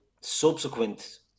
subsequent